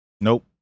Nope